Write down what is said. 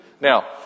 Now